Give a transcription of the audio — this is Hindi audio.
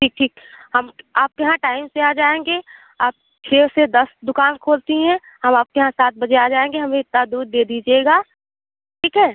ठीक ठीक हम आपके यहाँ टाइम से आ जाएँगे आप छः से दस दुकान खोलती हैं हम आपके यहाँ सात बजे आ जाएँगे हमें इतना दूध दे दीजिएगा ठीक है